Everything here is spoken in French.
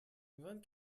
vingt